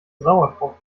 sauerkraut